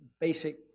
basic